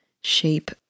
shape